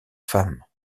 femme